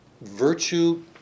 virtue